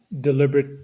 deliberate